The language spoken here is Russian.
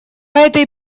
этой